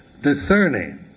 discerning